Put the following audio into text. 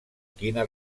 quina